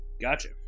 Gotcha